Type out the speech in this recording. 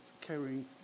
carrying